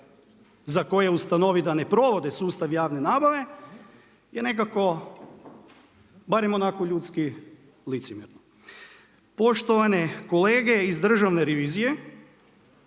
za koje ustanovi da ne provode sustav javne nabave je nekako barem onako ljudski licemjerno. Poštovane kolege iz Državne revizije,